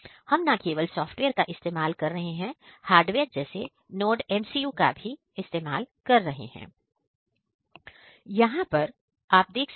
हम ना केवल सॉफ्टवेयर का इस्तेमाल कर रहे हैं तथा हार्डवेयर जैसे NodeMCU का भी इस्तेमाल कर रहे हैं